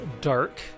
dark